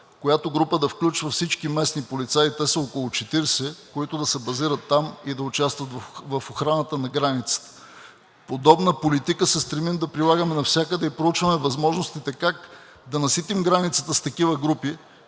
която група да включва всички местни полицаи – те са около 40, които се базират там, и да участват в охраната на границата. Подобна политика се стремим да прилагаме навсякъде и проучваме възможностите как да наситим границата с такива групи